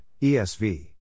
esv